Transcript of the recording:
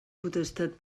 potestat